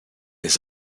his